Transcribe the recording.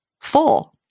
full